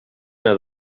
una